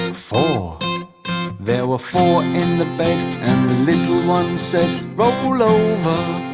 ah four there were four in the bed and the little one said roll over,